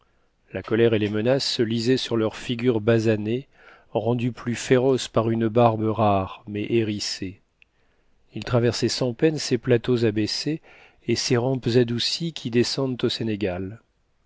la colère et les menaces se lisaient sur leurs figures basanées rendues plus féroces par une barbe rare mais hérissée ils traversaient sans peine ces plateaux abaissés et ces rampes adoucies qui descendent an sénégal